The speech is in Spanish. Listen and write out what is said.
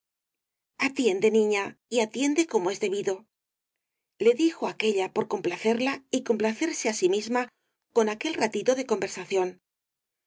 atiende niña y atiende como es debidole dijo aquélla por complacerla y complacerse á sí misma con o rosalía de castro aquel ratito de conversación